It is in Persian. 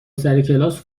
سرکلاس